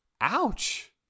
Ouch